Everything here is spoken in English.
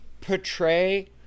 portray